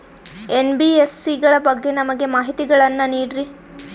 NBFC ಗಳ ಬಗ್ಗೆ ನಮಗೆ ಮಾಹಿತಿಗಳನ್ನ ನೀಡ್ರಿ?